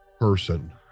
person